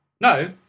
No